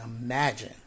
imagine